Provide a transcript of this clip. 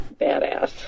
badass